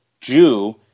Jew